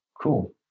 Cool